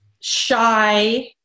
shy